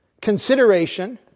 consideration